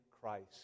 Christ